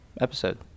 episode